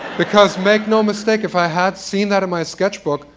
because make no mistake, if i had seen that in my sketchbook,